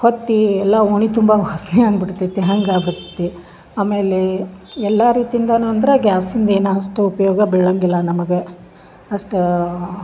ಹೊತ್ತಿ ಎಲ್ಲ ಓಣಿ ತುಂಬಾ ವಾಸ್ನಿ ಆಗ್ಬಿಡ್ತೈತಿ ಹಂಗೆ ಆಗ್ಬಿಡ್ತೈತೆ ಆಮೇಲೆ ಎಲ್ಲಾ ರೀತಿ ಇಂದಾನು ಅಂದ್ರೆ ಗ್ಯಾಸಿಂದ ಏನ ಅಷ್ಟು ಉಪಯೋಗ ಬೀಳಂಗಿಲ್ಲ ನಮ್ಗೆ ಅಷ್ಟು